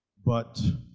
but